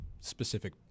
specific